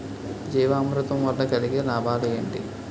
జీవామృతం వల్ల కలిగే లాభాలు ఏంటి?